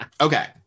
okay